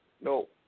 No